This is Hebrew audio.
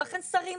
לכן שרים,